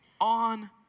on